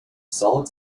solid